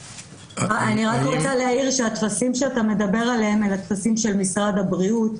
אני רק רוצה להעיר שהטפסים שאתה מדבר עליהם אלה טפסים של משרד הבריאות,